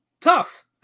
Tough